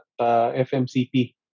FMCP